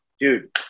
Dude